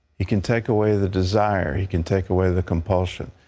he can take away the desire. he can take away the compulsion.